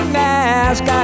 mask